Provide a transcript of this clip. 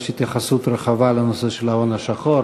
יש התייחסות רחבה לנושא של ההון השחור,